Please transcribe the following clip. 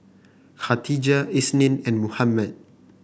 Khatijah Isnin and Muhammad